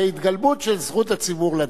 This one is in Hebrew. זה התגלמות של זכות הציבור לדעת.